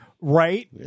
Right